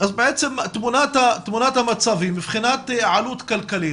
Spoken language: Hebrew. אז בעצם תמונת המצב מבחינת עלות כלכלית,